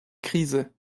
krise